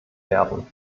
werten